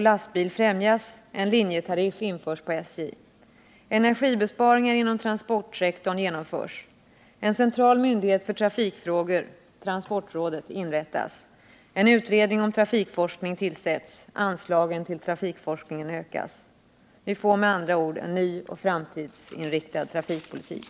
Planeringssystem för hamnväsendet införs. Vi får med andra ord en ny och framtidsinriktad trafikpolitik.